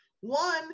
one